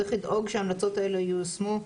צריך לדאוג שההמלצות האלה ייושמו.